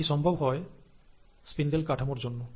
এটি সম্ভব হয় স্পিন্ডেল কাঠামোর জন্য